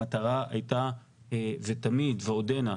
המטרה הייתה ותמיד ועודנה,